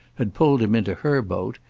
had pulled him into her boat,